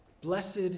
Blessed